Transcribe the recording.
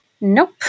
Nope